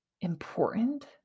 important